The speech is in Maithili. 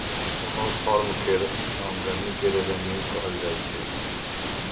कोनो फर्म केर आमदनी केँ रेवेन्यू कहल जाइ छै